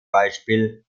beispiel